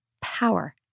power